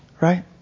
right